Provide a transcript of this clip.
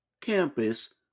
campus